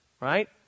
Right